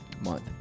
month